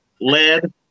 Lead